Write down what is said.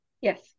Yes